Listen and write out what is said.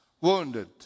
wounded